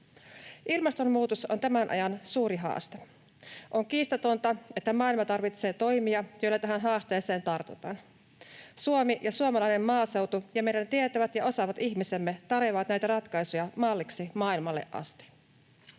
Ilmastonmuutos on tämän ajan suuri haaste. On kiistatonta, että maailma tarvitsee toimia, joilla tähän haasteeseen tartutaan. Suomi ja suomalainen maaseutu ja meidän tietävät ja osaavat ihmisemme tarjoavat näitä ratkaisuja malliksi maailmalle asti.